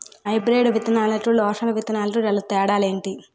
Hybrid విత్తనాలకు local విత్తనాలకు గల తేడాలు ఏంటి?